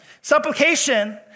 Supplication